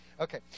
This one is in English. Okay